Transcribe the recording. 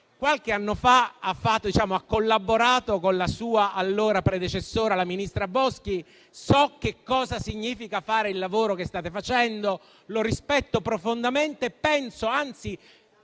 qualche anno fa ha collaborato con la sua allora predecessora, la ministra Boschi. So che cosa significa fare il lavoro che state facendo, lo rispetto profondamente e anzi